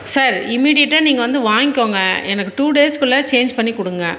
sir இமீடியட்டாக நீங்கள் வந்து வாய்ங்கோங்க எனக்கு டூ டேஸுக்குள்ள சேஞ்ச் பண்ணிக்கொடுங்க